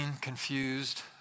confused